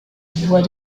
voie